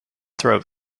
throat